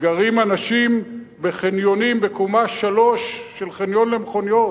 גרים אנשים בחניונים בקומה שלוש של חניון למכוניות.